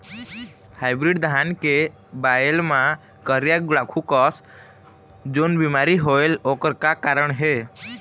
Hybrid धान के बायेल मां करिया गुड़ाखू कस जोन बीमारी होएल ओकर का कारण हे?